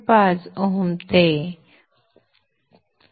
5Ω चे